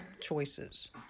choices